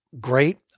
great